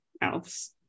else